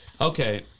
Okay